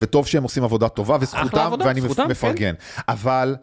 וטוב שהם עושים עבודה טובה, אחלה עבודה, וזכותם, ואני מפרגן, אבל...